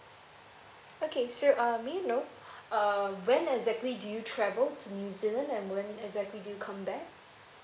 okay so uh may I know uh when exactly do you travel to new zealand and when exactly do you come back